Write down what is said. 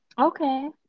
Okay